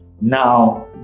Now